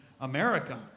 America